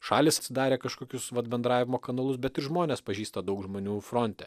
šalys sudarė kažkokius vat bendravimo kanalus bet žmonės pažįsta daug žmonių fronte